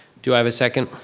do i have a second?